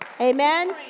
Amen